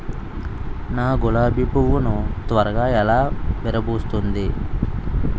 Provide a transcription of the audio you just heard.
నా గులాబి పువ్వు ను త్వరగా ఎలా విరభుస్తుంది?